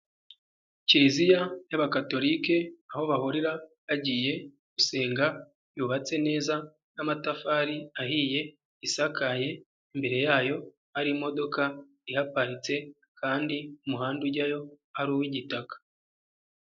Kiriziya y'abakatorike aho bahurira bagiye gusenga, yubatse neza n'amatafari ahiye, isakaye, imbere yayo hari imodoka ihaparitse kandi umuhanda ujyayo ari uw'igitaka.